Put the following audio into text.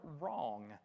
wrong